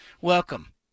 Welcome